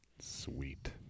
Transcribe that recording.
Sweet